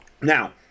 now